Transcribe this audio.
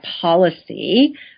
policy